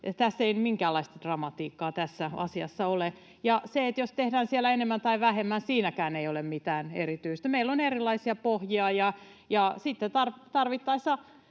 asiassa ei minkäänlaista dramatiikkaa ole, ja siinäkään, jos tehdään siellä enemmän tai vähemmän, ei ole mitään erityistä. Meillä on erilaisia pohjia,